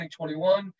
2021